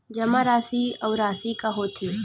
जमा राशि अउ राशि का होथे?